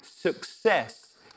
Success